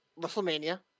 WrestleMania